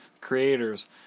creators